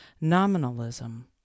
Nominalism